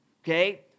Okay